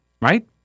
right